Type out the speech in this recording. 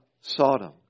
Sodom